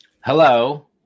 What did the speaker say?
Hello